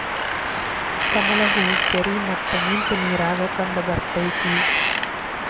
ಕಮಲ ಹೂ ಕೆರಿ ಮತ್ತ ನಿಂತ ನೇರಾಗ ಕಂಡಬರ್ತೈತಿ